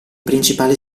principale